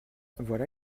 voilà